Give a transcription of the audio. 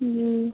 जी